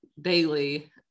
daily